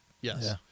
Yes